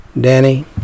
Danny